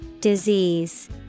Disease